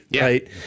Right